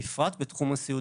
בפרט בתחום הסיעוד,